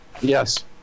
Yes